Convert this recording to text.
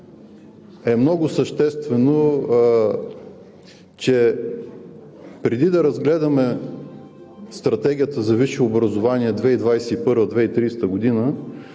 е много съществено, че преди да разгледаме Стратегията за висше образование 2021 – 2030 г.,